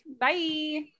Bye